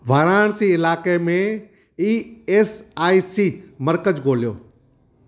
वाराणसी इलाइके़ में E S I C मर्कज़ ॻोल्हियो